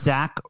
Zach